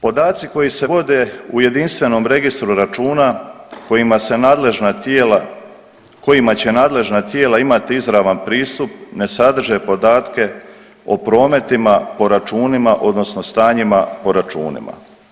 Podaci koji se vode u jedinstvenom registru računa kojima se nadležna tijela, kojima će nadležna tijela imat izravan pristup ne sadrže podatke o prometima po računima odnosno stanjima po računima.